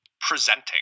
presenting